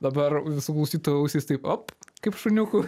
dabar visų klausytojų ausis taip op kaip šuniukų